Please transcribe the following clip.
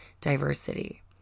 diversity